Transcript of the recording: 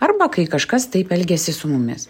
arba kai kažkas taip elgiasi su mumis